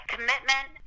Commitment